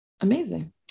amazing